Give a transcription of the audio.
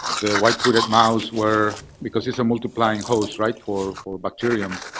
the white-footed mouse where because it's a multiplying host, right, for for bacterium.